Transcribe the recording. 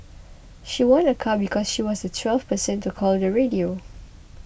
she won a car because she was the twelfth person to call the radio